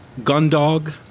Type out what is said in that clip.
Gundog